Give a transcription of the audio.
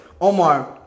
Omar